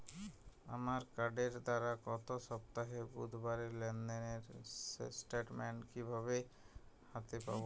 আমার কার্ডের দ্বারা গত সপ্তাহের বুধবারের লেনদেনের স্টেটমেন্ট কীভাবে হাতে পাব?